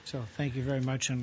so thank you very much